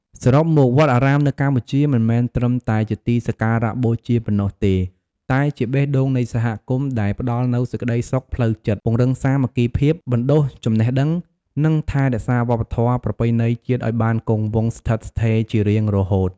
សរុបមក វត្តអារាមនៅកម្ពុជាមិនមែនត្រឹមតែជាទីសក្ការបូជាប៉ុណ្ណោះទេ តែជា បេះដូងនៃសហគមន៍ ដែលផ្ដល់នូវសេចក្តីសុខផ្លូវចិត្ត ពង្រឹងសាមគ្គីភាព បណ្ដុះចំណេះដឹង និងថែរក្សាវប្បធម៌ប្រពៃណីជាតិឲ្យបានគង់វង្សស្ថិតស្ថេរជារៀងរហូត។